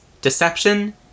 deception